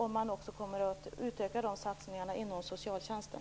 Kommer dessa satsningar att utökas också inom socialtjänsten?